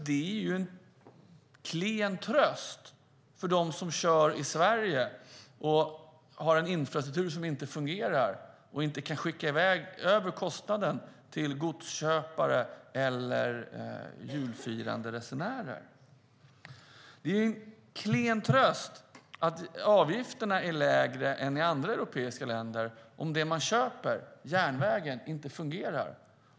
Det är en klen tröst för dem som kör i Sverige och har en infrastruktur som inte fungerar och som inte kan skicka i väg kostnaden till godsköpare eller julfirande resenärer. Det är en klen tröst att avgifterna är lägre än i andra europeiska länder om det man köper, järnvägstrafik, inte fungerar.